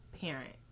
parent